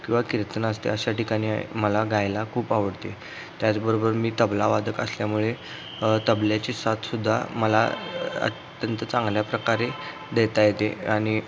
किंवा कीर्तन असते अशा ठिकाणी मला गायला खूप आवडते त्याचबरोबर मी तबलावादक असल्यामुळे तबल्याची साथसुद्धा मला अत्यंत चांगल्या प्रकारे देता येते आणि